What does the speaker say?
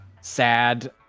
sad